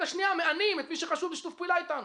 השניה מענים את מי שחשוד בשיתוף פעולה אתנו.